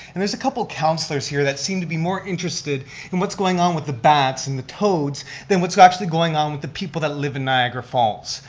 and there's a couple councilors here that seem to be more interested in what's going on with the bats and the toads than what's actually going on with the people that live in niagara falls.